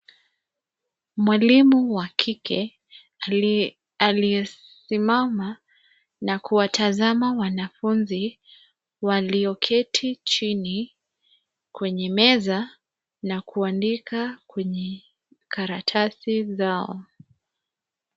Mwalimu wa kike aliyesimama na kuwatazama wanafunzi walioketi chini kwenye meza na kuandika kwenye karatasi zao.